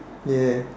ya